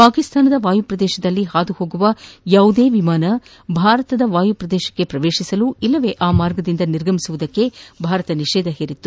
ಪಾಕಿಸ್ತಾನದ ವಾಯುಪ್ರದೇಶದಲ್ಲಿ ಹಾದುಹೋಗುವ ಯಾವುದೇ ವಿಮಾನ ಭಾರತಕ್ಕೆ ಪ್ರವೇಶಿಸಲು ಇಲ್ಲವೇ ಆ ಮಾರ್ಗದಿಂದ ನಿರ್ಗಮಿಸುವುದಕ್ಕೆ ಭಾರತ ನಿಷೇಧ ಹೇರಿತ್ತು